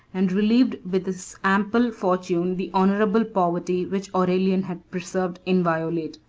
and relieved with his ample fortune the honorable poverty which aurelian had preserved inviolate.